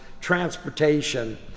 transportation